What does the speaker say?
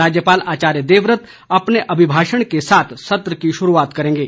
राज्यपाल आचार्य देवव्रत अपने अभिभाषण के साथ सत्र की शुरूआत करेंगे